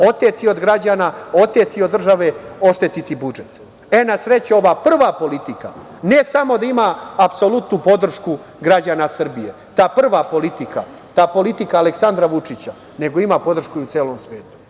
oteti od građana, oteti od države, oštetiti budžet. E, na sreću, ova prva politika ne samo da ima apsolutnu podršku građana Srbije, ta prva politika, ta politika Aleksandra Vučića, nego ima podršku i u celom svetu. Ne